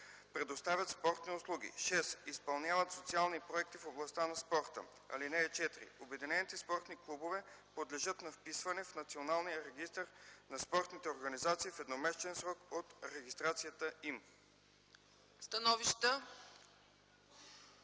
предоставят спортни услуги; 6. изпълняват социални проекти в областта на спорта. (4) Обединените спортни клубове подлежат на вписване в Националния регистър на спортните организации в едномесечен срок от регистрацията им.”